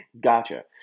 Gotcha